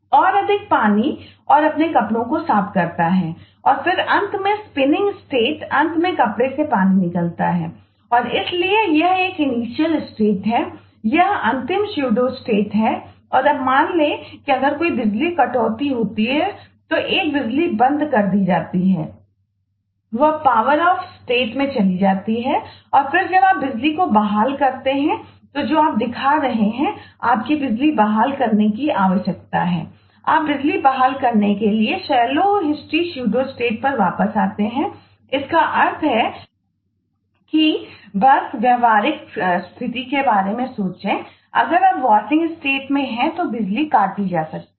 और अधिक पानी और अपने कपड़ों को साफ करता है और फिर अंत में स्पिनिंग स्टेट में हैं तो बिजली काटी जा सकती है